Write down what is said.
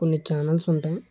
కొన్ని చానల్స్ ఉంటాయి